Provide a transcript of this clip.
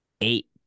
Eight